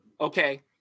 Okay